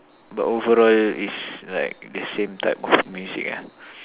the overall is like the same type of music lah